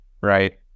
right